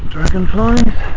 Dragonflies